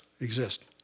exist